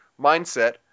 mindset